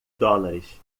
dólares